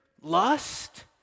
lust